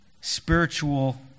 spiritual